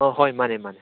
ꯑꯣ ꯍꯣꯏ ꯃꯥꯅꯦ ꯃꯥꯅꯦ